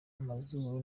amazuru